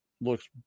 Looks